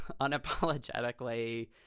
unapologetically